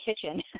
kitchen